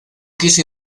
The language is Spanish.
quiso